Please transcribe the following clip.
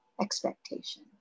expectation